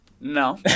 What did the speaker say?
No